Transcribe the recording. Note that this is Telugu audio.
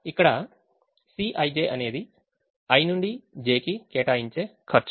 ఇక్కడ Cij అనేది i నుండి j కి కేటాయించే ఖర్చు